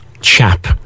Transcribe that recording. chap